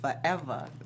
forever